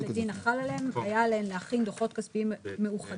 לדין החל עליהם היה עליהן להכין דוחות כספיים מאוחדים